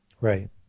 right